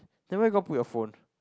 then where are you going to put your phone